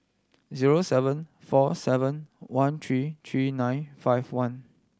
zero seven four seven one three three nine five one